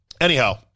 anyhow